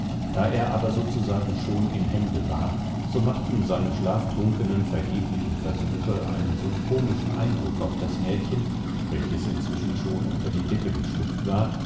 da er aber sozusagen schon im hemde war so machten seine schlaftrunkenen vergeblichen versuche einen so komischen eindruck auf das mädchen welches inzwischen schon unter die decke geschlüpft war